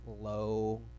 low